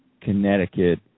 Connecticut